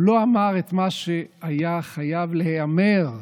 הוא לא אמר את מה שהיה חייב להיאמר: